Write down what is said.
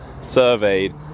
surveyed